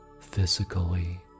physically